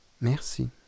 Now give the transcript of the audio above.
Merci